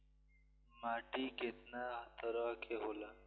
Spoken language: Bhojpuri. माटी केतना तरह के होला?